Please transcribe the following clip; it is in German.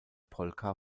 polka